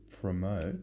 promote